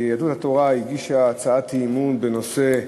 יהדות התורה הגישה הצעת אי-אמון בנושא: